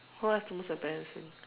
what is the most embarrassing